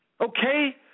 Okay